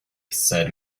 said